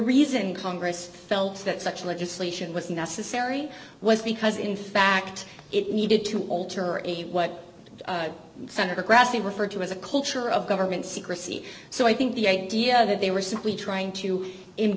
reason congress felt that such legislation was necessary was because in fact it needed to alter and what senator grassley referred to as a culture of government secrecy so i think the idea that they were simply trying to i